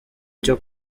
cyo